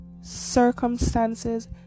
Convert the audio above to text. circumstances